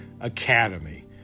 Academy